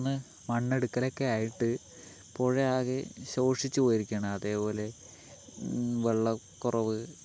നിന്ന് മണ്ണ് എടുക്കലൊക്കെയായിട്ട് പുഴയാകെ ശോഷിച്ച് പോയിരിക്കുകയാണ് അതുപോലെ വെള്ളക്കുറവ്